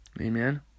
Amen